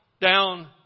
Down